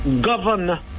govern